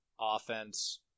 offense